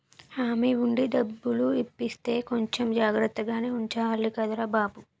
హామీ ఉండి డబ్బులు ఇప్పిస్తే కొంచెం జాగ్రత్తగానే ఉండాలిరా బాబూ